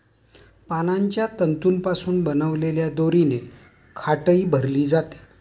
पानांच्या तंतूंपासून बनवलेल्या दोरीने खाटही भरली जाते